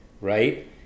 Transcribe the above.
right